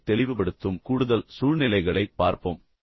இதைத் தெளிவுபடுத்தும் கூடுதல் சூழ்நிலைகளைப் பார்ப்போம்